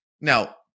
Now